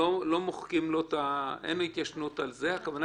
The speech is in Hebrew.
שאין לו התיישנות על זה, הכוונה